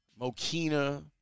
Mokina